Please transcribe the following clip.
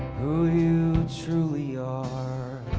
who you truly are